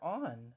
on